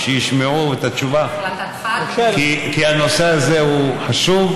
שישמעו את התשובה, כי הנושא הזה חשוב,